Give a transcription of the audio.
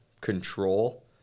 control